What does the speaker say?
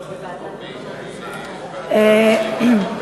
בעד, 35, אין נגד.